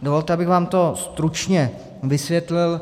Dovolte, abych vám to stručně vysvětlil.